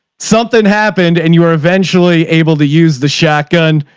something happened and you were eventually able to use the shotgun.